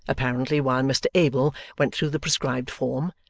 apparently, while mr abel went through the prescribed form,